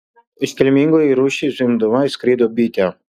iškilmingai ir rūsčiai zvimbdama įskrido bitė